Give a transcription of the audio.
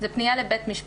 זה מחייב פנייה לבית משפט.